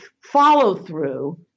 follow-through